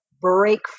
break